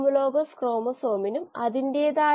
വലിയ ബയോ റിയാക്ടറുകളിലാണ് ഇവ വളരുന്നത്